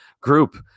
group